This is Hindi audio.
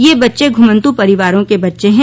ये बच्चे घुमन्तु परिवारों के बच्चे हैं